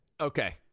Okay